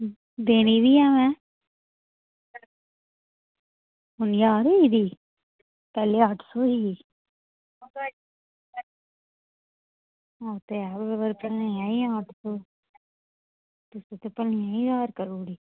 देनी बी ऐ में हून ज्हार होई गेदी पैह्लें अट्ठ सौ ही ओह् ते ऐ होर कनेह् अट्ठ सौ ते कन्नै ज्हार करी ओड़ी